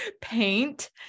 Paint